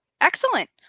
Excellent